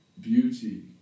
beauty